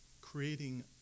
creating